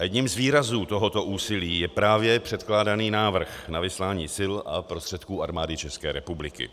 Jedním z výrazů tohoto úsilí je právě předkládaný návrh na vyslání sil a prostředků Armády České republiky.